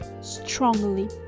strongly